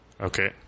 okay